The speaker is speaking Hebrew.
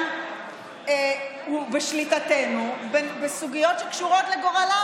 הוא בשליטתנו בסוגיות שקשורות לגורלם.